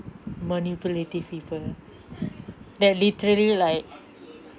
manipulative people that literally like